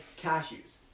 cashews